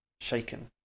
shaken